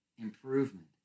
improvement